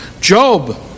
Job